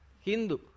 Hindu